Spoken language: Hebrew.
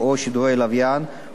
וחלק אחר מההצעה,